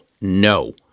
No